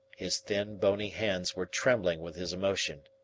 his thin, bony hands were trembling with his emotion.